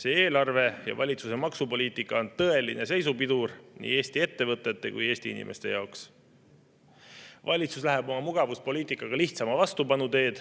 See eelarve ja valitsuse maksupoliitika on tõeline seisupidur nii Eesti ettevõtete kui ka Eesti inimeste jaoks. Valitsus läheb oma mugavuspoliitikaga lihtsama vastupanu teed.